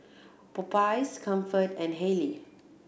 Popeyes Comfort and Haylee